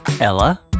Ella